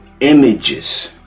images